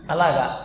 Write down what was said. Alaga